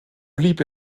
blieb